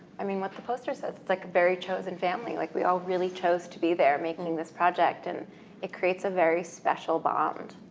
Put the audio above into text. i mean what the poster says it's like a very chosen family like we all really chose to be there making this project and it creates a very special bond.